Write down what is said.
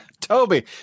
Toby